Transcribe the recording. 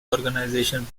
organization